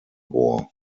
war